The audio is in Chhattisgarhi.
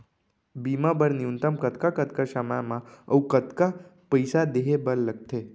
बीमा बर न्यूनतम कतका कतका समय मा अऊ कतका पइसा देहे बर लगथे